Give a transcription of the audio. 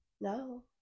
No